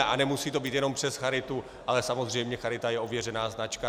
A nemusí to být jenom přes charitu, ale samozřejmě charita je ověřená značka.